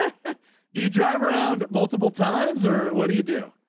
do you drive around multiple times? or what do you do?